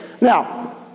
Now